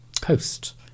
Coast